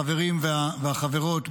החברים והחברות,